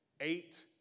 Eight